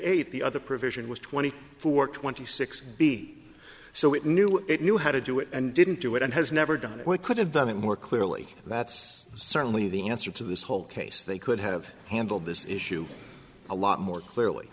eight the other provision was twenty four twenty six b so it knew it knew how to do it and didn't do it and has never done what could have done it more clearly that's certainly the answer to this whole case they could have handled this issue a lot more clearly